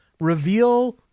reveal